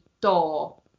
door